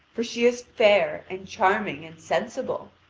for she is fair, and charming, and sensible.